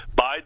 Biden